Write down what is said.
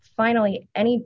finally any